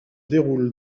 déroule